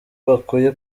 bakuye